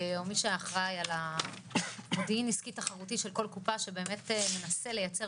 מי שאחראי על המודיעין עסקי תחרותי של כל קופה שבאמת מנסה לייצר